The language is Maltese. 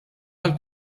għall